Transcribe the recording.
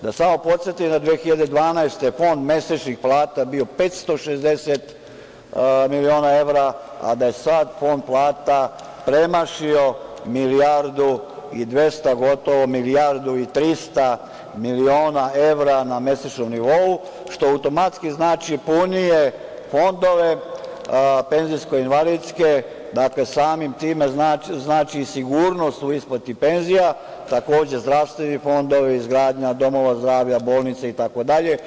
Da samo podsetim da je 2012. godine fond mesečnih plata bio 560 miliona evra, a da je sad fond plata premašio milijardu i 200, gotovo milijardu i 300 miliona evra na mesečnom nivou, što automatski znači punije fondove penzijsko invalidske, dakle, samim tim znači i sigurnost u isplati penzija, takođe, zdravstveni fondovi, izgradnja domova zdravlja, bolnica itd.